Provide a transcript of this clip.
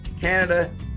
Canada